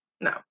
no